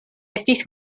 estis